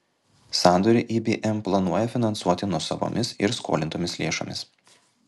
sandorį ibm planuoja finansuoti nuosavomis ir skolintomis lėšomis